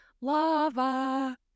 lava